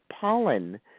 pollen